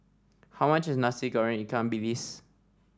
how much is Nasi Goreng Ikan Bilis